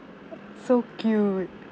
so cute